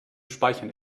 speichern